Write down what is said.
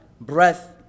breath